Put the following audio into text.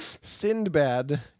Sindbad